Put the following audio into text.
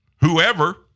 whoever